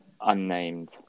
unnamed